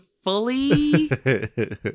fully